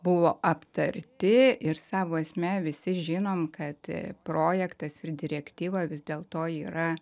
buvo aptarti ir savo esme visi žinom kad projektas ir direktyva vis dėlto yra